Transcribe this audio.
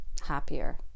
happier